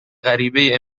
غریبهای